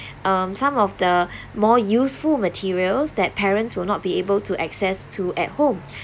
um some of the more useful materials that parents will not be able to access to at home